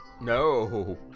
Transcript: No